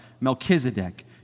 Melchizedek